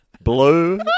blue